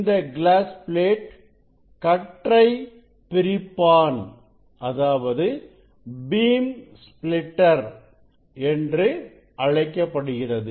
இந்த glass plate கற்றை பிரிப்பான் என்று அழைக்கப்படுகிறது